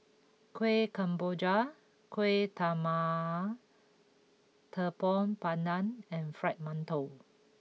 Kuih Kemboja Kuih Talam Tepong Pandan and Fried Mantou